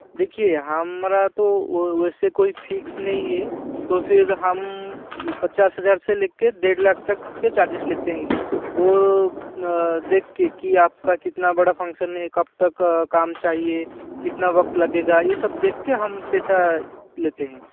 देखिए हमारा तो वैसे कोई फिक्स नहीं है तो फिर हम पचास हज़ार से ले कर डेढ़ लाख तक का चार्जेस लेते हैं वह देख कर कि आप का कितना बड़ा फंक्सन है कब तक काम चाहिए कितना वक्त लगेगा यह सब देख कर हम पैसा लेते हैं